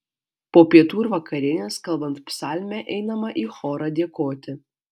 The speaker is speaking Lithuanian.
po pietų ir vakarienės kalbant psalmę einama į chorą dėkoti